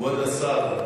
כבוד השר,